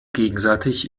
gegenseitig